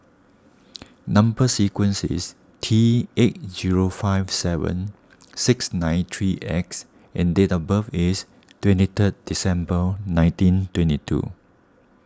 Number Sequence is T eight zero five seven six nine three X and date of birth is twenty third December nineteen twenty two